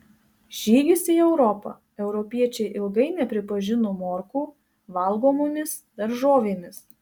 žygis į europą europiečiai ilgai nepripažino morkų valgomomis daržovėmis